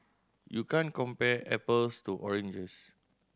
you can't compare apples to oranges